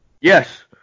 yes